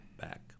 back